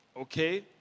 Okay